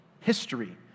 history